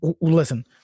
Listen